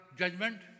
judgment